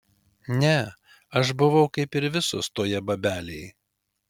ne aš buvau kaip ir visos toje babelėj